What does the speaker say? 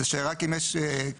זה שרק אם יש כמות